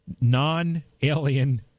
non-alien